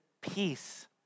peace